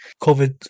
COVID